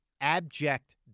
abject